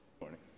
morning